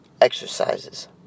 exercises